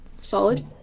Solid